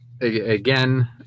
again